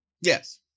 yes